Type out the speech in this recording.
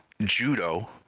judo